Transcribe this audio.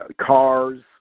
cars